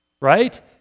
Right